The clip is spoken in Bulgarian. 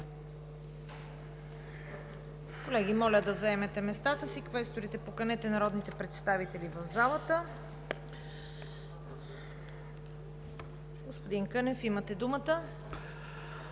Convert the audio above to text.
Колеги, моля да заемете местата си. Квесторите, поканете народните представители в залата. Господин Кънев, имате думата.